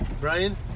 Brian